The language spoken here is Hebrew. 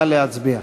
נא להצביע.